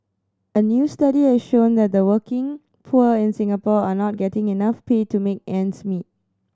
a new study has shown that the working poor in Singapore are not getting enough pay to make ends meet